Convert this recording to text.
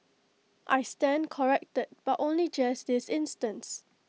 I stand corrected but only just this instance